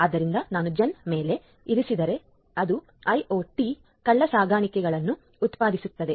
ಆದ್ದರಿಂದ ನಾನು ಜನ್ ಮೇಲೆ ಇರಿಸಿದರೆ ಅದು ಐಒಟಿ ಕಳ್ಳಸಾಗಣೆಗಳನ್ನು ಉತ್ಪಾದಿಸುತ್ತದೆ